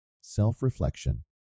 self-reflection